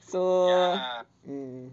so um